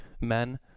men